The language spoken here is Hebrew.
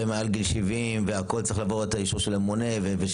מעל גיל 70 צריך לעבור אישור של הממונה?